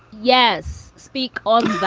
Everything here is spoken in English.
yes. speak on that.